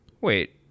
Wait